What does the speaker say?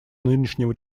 нынешнего